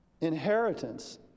inheritance